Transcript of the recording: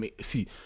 see